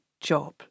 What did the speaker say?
job